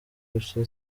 gusa